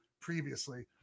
previously